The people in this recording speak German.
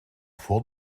vor